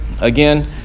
again